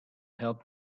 help